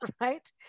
right